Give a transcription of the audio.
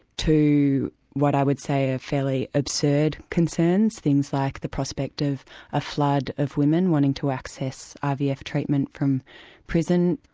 to what i would say are ah fairly absurd concerns, things like the prospect of a flood of women wanting to access ivf treatment from prison.